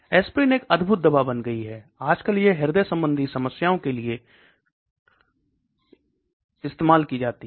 aspirin एक अद्भुत दवा बन गई है आजकल यह हृदय संबंधी समस्या के लिए इस्तेमाल की जाती है